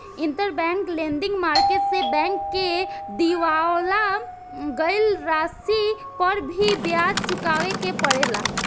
interbank lending market से bank के दिअवावल गईल राशि पर भी ब्याज चुकावे के पड़ेला